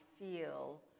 feel